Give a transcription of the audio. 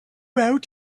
out